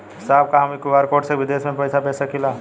साहब का हम क्यू.आर कोड से बिदेश में भी पैसा भेज सकेला?